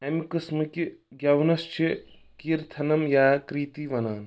اَمہِ قٕسمہٕ کِس گیٚونَس چھِ کیرتھنم یا کریتی ونان